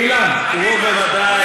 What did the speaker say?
אילן, המשטרה לא אוכפת.